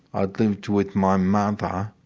i'd lived with my mother,